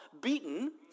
beaten